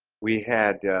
we had